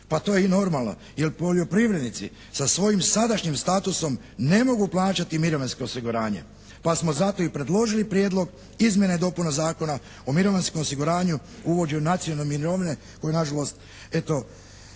Pa to je i normalno jer poljoprivrednici sa svojim sadašnjim statusom ne mogu plaćati mirovinsko osiguranje pa smo zato i predložili prijedlog izmjena i dopuna Zakona o mirovinskom osiguranju … /Govornik se ne razumije./ … nacionalne mirovine koji nažalost eto